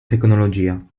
tecnologia